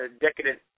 decadent